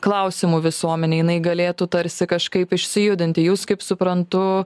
klausimų visuomenei jinai galėtų tarsi kažkaip išsijudinti jūs kaip suprantu